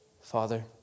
Father